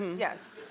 yes.